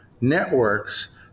networks